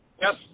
Yes